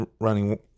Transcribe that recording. running